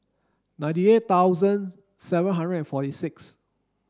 ninety eight thousand seven hundred and forty six